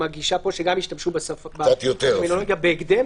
הגישה שגם השתמשו בטרמינולוגיה "בהקדם",